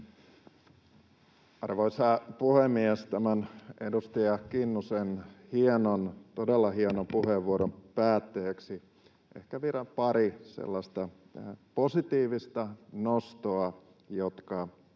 Arvoisa puhemies! Edustaja Kinnusen hienon, todella hienon, puheenvuoron päätteeksi ehkä vielä pari sellaista positiivista nostoa, jotka